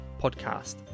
podcast